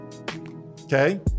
okay